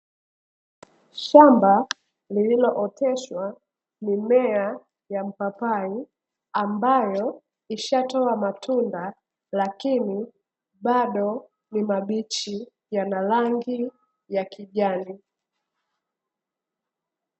Shamba lililooteshwa mimea ya mpapai, ambayo ilishatoa matunda lakini bado ni mabichi, yana rangi ya kijani.